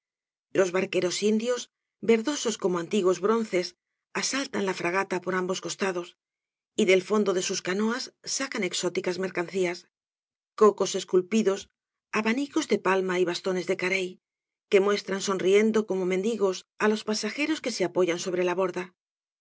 los barqueros indios verdosos como antiguos bronces asaltan la fragata por ambos costados y del fondo de sus canoas sacan exóticas mercancías cocos esculpidos abanicos de obras devalle inclan palma y bastones de carey que muestran sonriendo como mendigos á los pasajeros que se apoyan sobre la borda